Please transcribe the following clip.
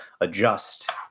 adjust